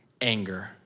anger